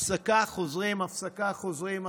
הפסקה, חוזרים, הפסקה, חוזרים.